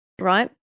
right